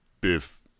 biff